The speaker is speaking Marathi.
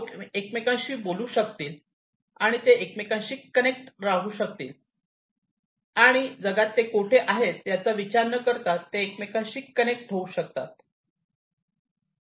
लोक एकमेकांशी बोलू शकतील आणि ते एकमेकांशी कनेक्ट राहू शकतील आणि जगात ते कोठे आहेत याचा विचार न करता ते एकमेकांशी कनेक्ट होऊ शकतात